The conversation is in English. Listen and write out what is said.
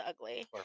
ugly